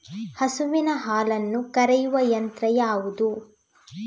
ಹಸುವಿನ ಹಾಲನ್ನು ಕರೆಯುವ ಯಂತ್ರ ಯಾವುದು?